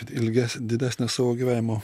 ilges didesnę savo gyvenimo